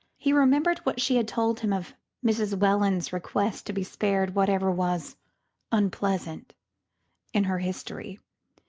he remembered what she had told him of mrs. welland's request to be spared whatever was unpleasant in her history,